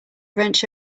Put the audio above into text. wrench